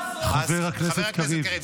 חבר הכנסת קריב,